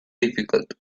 difficult